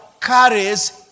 carries